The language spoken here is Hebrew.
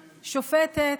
שופטת,